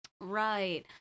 right